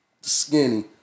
Skinny